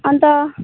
अन्त